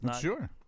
Sure